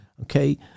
Okay